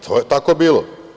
To je tako bilo.